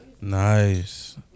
Nice